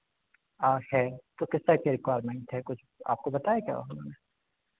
है तो किसका क्या रिक्वायरमेंट है कुछ आपको बताया क्या उन्होंने